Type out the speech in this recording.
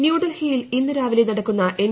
ന്യൂഡൽഹിയിൽ ഇന്ന് രാവിലെ നടക്കുന്ന എൻ